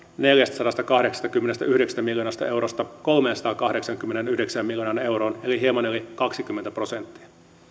neljästäsadastakahdeksastakymmenestäyhdeksästä miljoonasta eurosta kolmeensataankahdeksaankymmeneenyhdeksään miljoonaan euroon eli hieman yli kaksikymmentä prosenttia